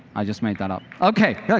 i just made that up. okay. yeah